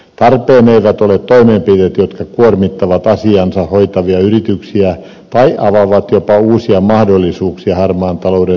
tarpeen eivät ole toimenpiteet jotka kuormittavat asiaansa hoitavia yrityksiä tai avaavat jopa uusia mahdollisuuksia harmaan talouden torjuntaan